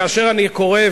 כאשר אני קורא,